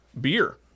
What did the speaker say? beer